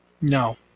No